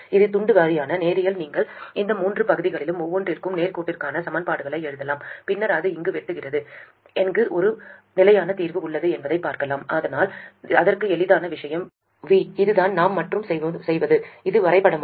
இது துண்டு வாரியான நேரியல் நீங்கள் இந்த மூன்று பகுதிகளிலும் ஒவ்வொன்றிற்கும் நேர்கோட்டுகளுக்கான சமன்பாடுகளை எழுதலாம் பின்னர் அது எங்கு வெட்டுகிறது எங்கு ஒரு நிலையான தீர்வு உள்ளது என்பதைப் பார்க்கலாம் ஆனால் இதற்கு எளிதான விஷயம் V இது நான் செய்வது மற்றும் அது வரைபடமாக